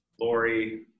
Lori